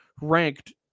ranked